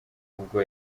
ubwo